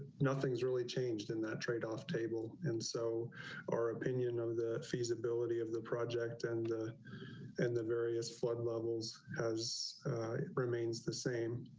nothing's really changed in that trade off table. and so our opinion of the feasibility of the project and the and the various flood levels has remains the same.